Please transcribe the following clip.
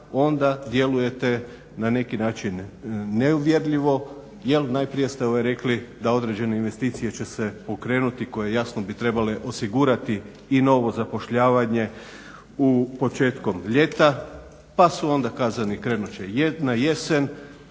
onda djelujete na neki način neuvjerljivo jer najprije ste rekli da određene investicije će se pokrenuti koje jasno bi trebale osigurati i novo zapošljavanje početkom ljeta. Pa su onda kazani krenut će na jesen,